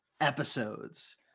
episodes